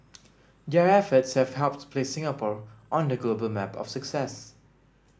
their efforts have helped to place Singapore on the global map of success